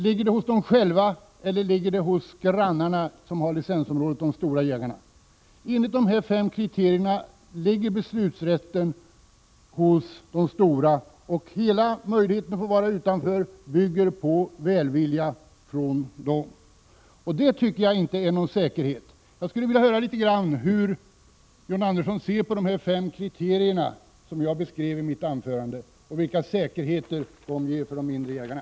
Ligger det hos dem själva eller hos grannarna, de större jägarna som har licensområdet? Enligt de fem kriterierna ligger beslutsrätten hos de större. Hela möjligheten att få stå utanför licensområdet bygger på välvilja från dem, och det tycker jag inte innebär någon säkerhet. Jag skulle vilja höra litet om hur John Andersson ser på de fem kriterierna, som jag beskrev i mitt anförande, och vilken säkerhet de ger för de mindre jägarna.